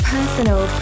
Personal